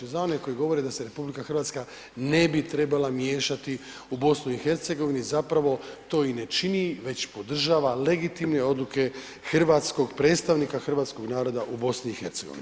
Za one koji govore da se RH ne bi trebala miješati u BiH zapravo to i ne čini već podržava legitimne odluke hrvatskog predstavnika hrvatskog naroda u BiH.